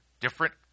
different